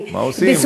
מה עושים?